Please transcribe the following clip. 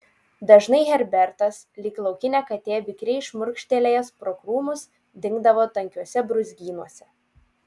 dažnai herbertas lyg laukinė katė vikriai šmurkštelėjęs pro krūmus dingdavo tankiuose brūzgynuose